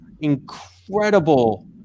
incredible